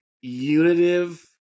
unitive